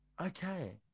Okay